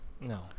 No